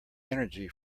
energy